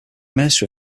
minister